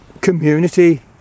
community